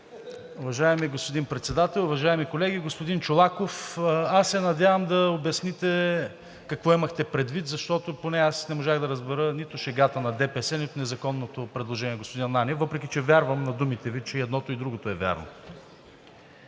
Уважаеми господин Председател, уважаеми колеги! Господин Чолаков, аз се надявам да обясните какво имахте предвид, защото поне аз не можах да разбера нито шегата на ДПС, нито незаконното предложение на господин Ананиев, въпреки че вярвам на думите Ви, че и едното, и другото е вярно.